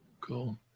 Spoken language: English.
Cool